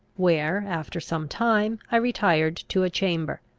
where, after some time, i retired to a chamber.